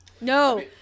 no